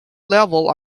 level